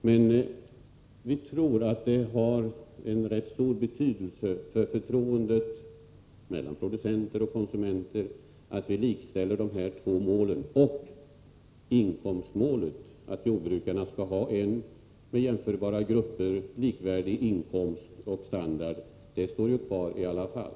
Men vi tror att det har en ganska stor betydelse för förtroendet mellan producenter och konsumenter att vi likställer dessa två mål. Och inkomstmålet — att jordbrukarna skall ha en med jämförbara grupper likvärdig inkomst och standard — står kvar i alla fall.